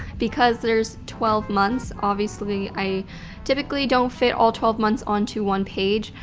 because there's twelve months, obviously i typically don't fit all twelve months onto one page.